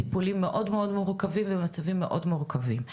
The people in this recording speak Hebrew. טיפולים מאוד מאוד מורכבים ומצבים מאוד מורכבים.